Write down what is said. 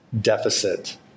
deficit